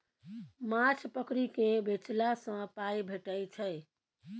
माछ पकरि केँ बेचला सँ पाइ भेटै छै